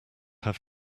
have